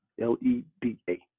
L-E-D-A